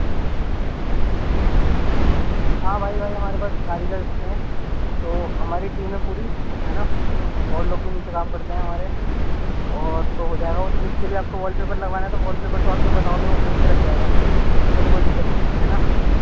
ہاں بھائی بھائی ہمارے پاس کاریگر اچھے ہیں تو ہماری ٹیم ہے پوری ہے نا اور لوگ بھی نیچے کام کرتے ہیں ہمارے اور تو ہو جائے گا وہ تو جتنے بھی آپ کو وال پیپر لگوانا ہے تو وال پیپر تو آپ جو بتاؤ گے وہ خرید کے لگ جائے گا تو اس میں تو کوئی دقت نہیں ہے ہے نا